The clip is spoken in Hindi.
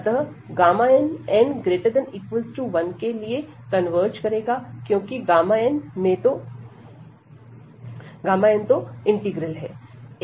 अतः n n≥1के लिए कन्वर्ज करेगा क्योंकि n में दो इंटीग्रल है